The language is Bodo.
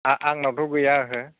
आ आंनावथ' गैया ओहो